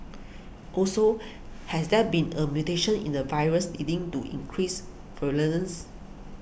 also has there been a mutation in the virus leading to increased virulence